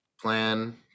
plan